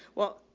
well,